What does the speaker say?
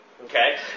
okay